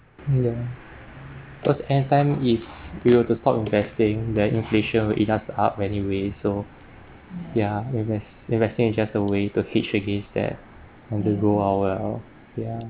yeah cause at time if you were to stop investing the inflation iwill eat us up anyway so yeah inves~ investing is just the way to hedge against that and go all well yeah